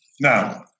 Now